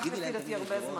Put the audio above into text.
אני מחדשת את הישיבה.